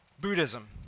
Buddhism